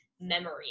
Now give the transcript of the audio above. memory